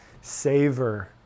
savor